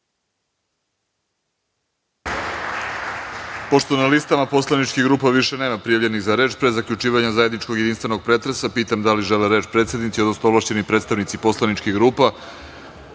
se. Pošto na listama poslaničkih grupa više nema prijavljenih za reč, pre zaključivanja zajedničkog načelnog jedinstvenog pretresa, pitam da li žele predsednici, odnosno ovlašćeni predstavnici poslaničkih grupa